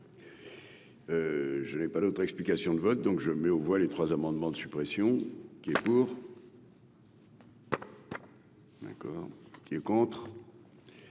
Je n'ai pas d'autres explications de vote, donc je mets aux voix les trois amendements de suppression qui est pour. D'accord, qui est contre.